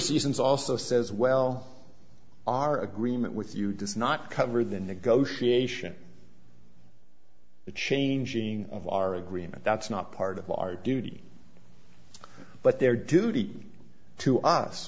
seasons also says well our agreement with you does not cover the negotiation the changing of our agreement that's not part of our duty but their duty to us